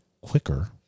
quicker